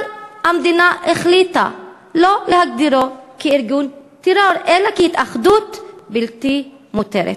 אבל המדינה החליטה שלא להגדירו ארגון טרור אלא התאחדות בלתי מותרת.